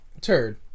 turd